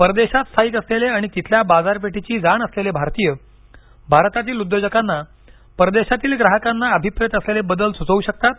परदेशात स्थायिक असलेले आणि तिथल्या बाजारपेठेची जाण असलेले भारतीय भारतातील उद्योजकांना परदेशातील ग्राहकांना अभिप्रेत असलेले बदल सुचवू शकतात